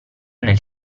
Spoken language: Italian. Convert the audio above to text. nel